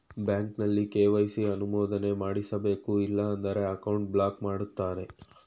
ಬ್ಯಾಂಕಲ್ಲಿ ಕೆ.ವೈ.ಸಿ ಅನುಮೋದನೆ ಮಾಡಿಸಬೇಕು ಇಲ್ಲ ಅಂದ್ರೆ ಅಕೌಂಟ್ ಬ್ಲಾಕ್ ಮಾಡ್ತಾರೆ